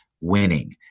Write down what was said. winning